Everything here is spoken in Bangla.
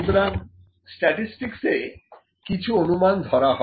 সুতরাং স্ট্যাটিসটিকস এ কিছু অনুমান ধরা হয়